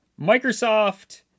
Microsoft